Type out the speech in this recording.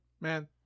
man